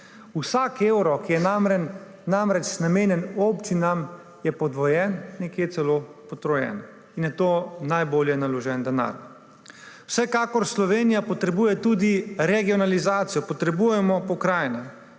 vsak evro, ki je namenjen občinam, je podvojen, nekje celo potrojen in je to najbolje naložen denar. Vsekakor Slovenija potrebuje tudi regionalizacijo, potrebujemo pokrajine.